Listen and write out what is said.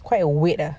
quite a weight ah